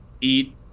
Eat